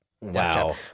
wow